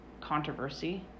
controversy